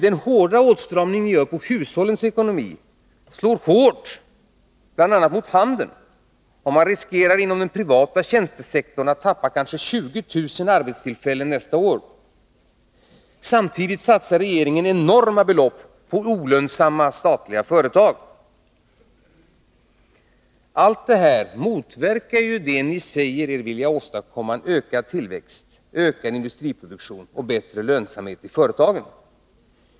Den hårda åtstramningen på hushållens ekonomi slår hårt mot bl.a. handeln, och den privata tjänstesektorn riskerar att tappa kanske 20 000 arbetstillfällen nästa år. Samtidigt satsar regeringen enorma belopp på olönsamma statliga företag. Allt detta motverkar vad regeringen säger sig vilja åstadkomma — ökad tillväxt, ökad industriproduktion och bättre lönsamhet i företagen.